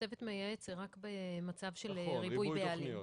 צוות מייעץ זה רק במצב של ריבוי בעלים.